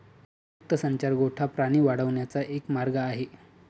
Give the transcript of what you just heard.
मुक्त संचार गोठा प्राणी वाढवण्याचा एक मार्ग आहे